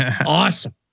awesome